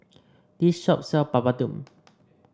this shop sell Papadum